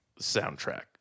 soundtrack